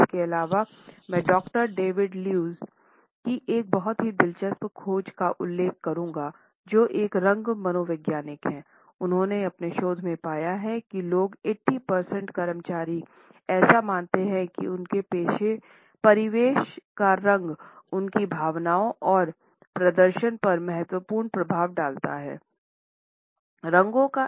इसके अलावा मैं doctor David Lewis David Lews की एक बहुत ही दिलचस्प खोज का उल्लेख करूँगा जो एक रंग मनोवैज्ञानिक है जिन्होंने अपने शोध में पाया है कि लगभग 80 प्रतिशत कर्मचारी ऐसा मानते हैं की उनके परिवेश का रंग उनकी भावनाओं और प्रदर्शन पर महत्वपूर्ण प्रभाव डालता है और